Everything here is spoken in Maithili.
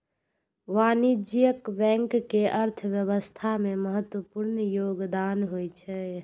वाणिज्यिक बैंक के अर्थव्यवस्था मे महत्वपूर्ण योगदान होइ छै